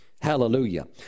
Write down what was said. Hallelujah